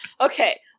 Okay